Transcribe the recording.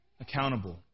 accountable